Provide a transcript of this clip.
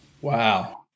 Wow